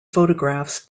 photographs